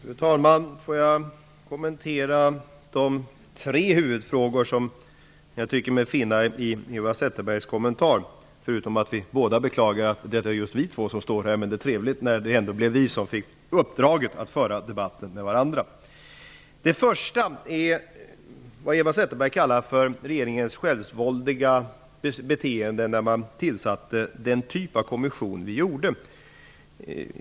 Fru talman! Låt mig kommentera de tre huvudfrågor som jag tycker mig finna i Eva Zetterbergs kommentarer. Vi beklagar dessutom båda att det är just vi två som står här, men det är ändå trevligt att det blev just vi som fick uppdraget att föra denna debatt med varandra. Den första frågan är vad Eva Zetterberg kallar regeringens självsvåldiga beteende att inrätta den typ av kommission som vi tillsatte.